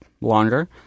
longer